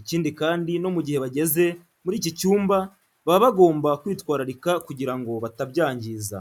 Ikindi kandi no mu gihe bageze muri iki cyumba baba bagomba kwitwararika kugira ngo batabyangiza.